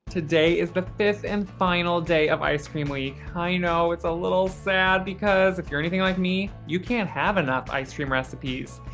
today is the fifth and final day of ice cream week. i know, it's a little sad because, if you're anything like me, you can't have enough ice cream recipes.